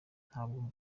ntabwo